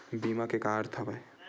बीमा के का अर्थ हवय?